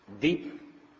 deep